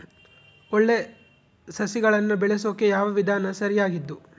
ಒಳ್ಳೆ ಸಸಿಗಳನ್ನು ಬೆಳೆಸೊಕೆ ಯಾವ ವಿಧಾನ ಸರಿಯಾಗಿದ್ದು?